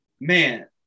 man